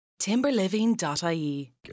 Timberliving.ie